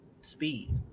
speed